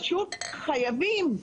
חייבים.